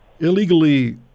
illegally